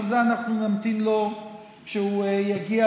אבל לזה אנחנו נמתין לו שהוא יגיע,